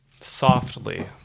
softly